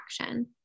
action